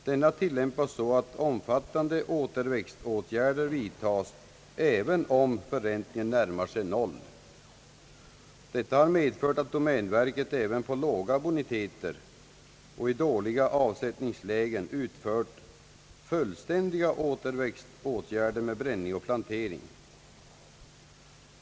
Denna tillämpas så att omfattande återväxtåtgärder vidtages även om förräntningen närmar sig noll. Detta har medfört att domänverket även på låga boniteter och i dåliga avsättningslägen utfört fullständiga återväxtåtgärder med bränning och plantering.